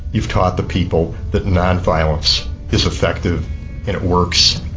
you've taught the people that non-violence is effective and it works,